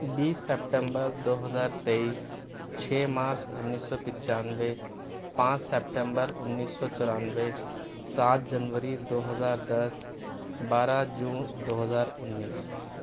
بیس September دو ہزار تیئیس چھ مارچ انّیس سو پچانوے پانچ سپتمبر انّیس سو چورانوے سات جنوری دو ہزار دس بارہ جون دو ہزار انّیس